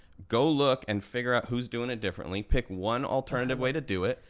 go look and figure out who's doing it differently, pick one alternative way to do it,